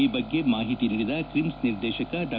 ಈ ಬಗ್ಗೆ ಮಾಹಿತಿ ನೀಡಿದ ಕ್ರಿಮ್ಲ್ ನಿರ್ದೇಶಕ ಡಾ